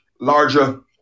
larger